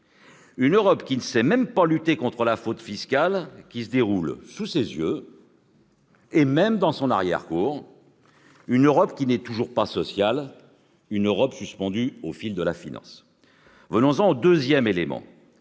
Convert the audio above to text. L'Europe ne sait même pas lutter contre la fraude fiscale qui se déroule sous ses yeux, et même dans son arrière-cour. Cette Europe, qui n'est toujours pas sociale, est suspendue au fil de la finance. Venons-en au deuxième élément,